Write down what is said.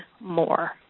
more